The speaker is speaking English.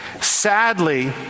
Sadly